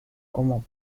como